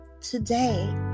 today